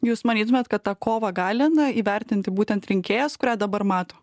jūs manytumėt kad tą kovą gali na įvertinti būtent rinkėjas kurią dabar mato